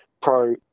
pro